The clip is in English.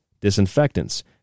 disinfectants